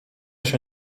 się